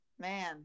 man